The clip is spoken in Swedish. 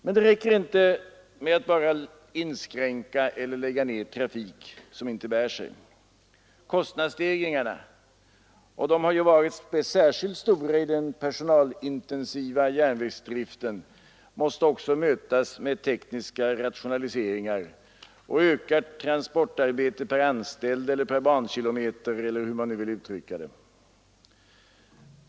Men det räcker inte med att inskränka eller lägga ned trafik, som inte bär sig. Kostnadsstegringarna — och de har varit särskilt stora i den personalintensiva järnvägsdriften — måste också mötas med tekniska rationaliseringar och ökat transportarbete per anställd eller per bankilometer eller hur det nu skall uttryckas.